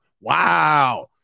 Wow